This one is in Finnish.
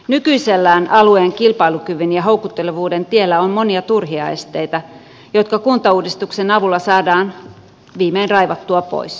nykyisellään alueen kilpailukyvyn ja houkuttelevuuden tiellä on monia turhia esteitä jotka kuntauudistuksen avulla saadaan viimein raivattua pois